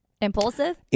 Impulsive